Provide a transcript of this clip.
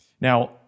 now